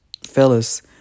fellas